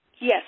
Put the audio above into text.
Yes